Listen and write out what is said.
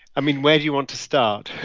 i mean, where do you want to start?